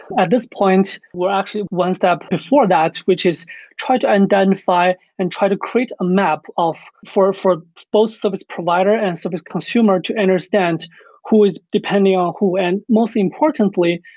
at this point, we're actually one stop before that, which is try to and identify and try to create a map for for post-service provider and service consumer to understand who is depending on who. and most importantly,